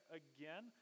again